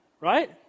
right